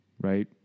right